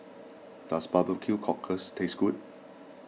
does Barbecue Cockles taste good